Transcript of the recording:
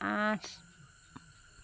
আঠ